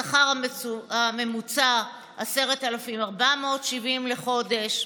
השכר הממוצע, 10,470 לחודש.